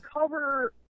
cover